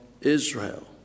Israel